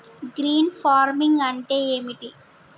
Green farming అంటే ఏమిటి?